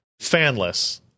Fanless